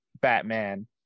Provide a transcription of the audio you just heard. Batman